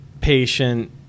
patient